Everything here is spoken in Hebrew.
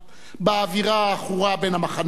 באווירה העכורה בין המחנות,